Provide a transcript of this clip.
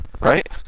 Right